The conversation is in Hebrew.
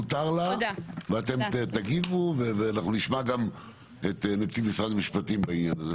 מותר לה ואתם תגיבו ואנחנו נשמע גם את נציג משרד המשפטים בעניין הזה.